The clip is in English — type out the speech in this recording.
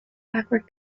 backward